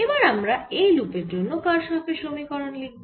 এবার আমরা এই লুপের জন্য কারশফের সমীকরণ লিখব